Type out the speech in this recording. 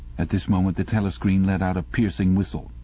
at this moment the telescreen let out a piercing whistle.